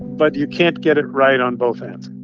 but you can't get it right on both ends